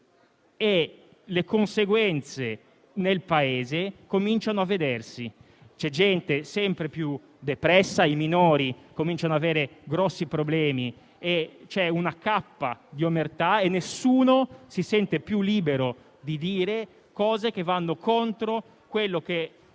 Le conseguenze nel Paese cominciano a vedersi: la gente è sempre più depressa e i minori cominciano ad avere grossi problemi; c'è una cappa di omertà e nessuno si sente più libero di dire cose che vanno contro ciò che